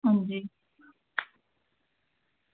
अंजी